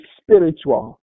spiritual